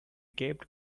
kept